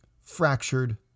fractured